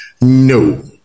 No